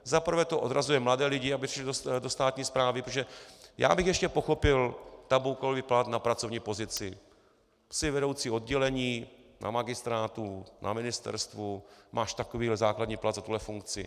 Za prvé to odrazuje mladé lidi, aby šli do státní správy, protože já bych ještě pochopil tabulkový plat na pracovní pozici: jsi vedoucí oddělení na magistrátu, na ministerstvu, máš takovýhle základní plat za tuhle funkci.